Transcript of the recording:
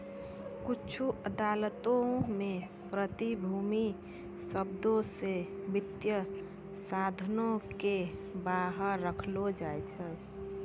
कुछु अदालतो मे प्रतिभूति शब्दो से वित्तीय साधनो के बाहर रखलो जाय छै